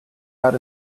out